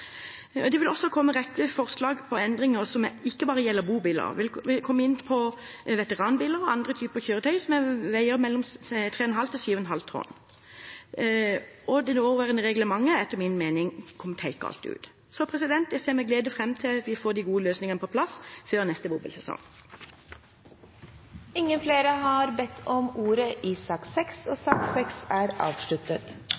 Det vil også komme en rekke forslag om endringer som ikke bare gjelder bobiler, men også veteranbiler og andre typer kjøretøy som veier mellom 3,5 og 7,5 tonn. Det nåværende reglementet er etter min mening kommet helt galt ut. Så jeg ser med glede fram til at vi får de gode løsningene på plass før neste bobilsesong. Flere har ikke bedt om ordet til sak